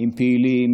עם פעילים,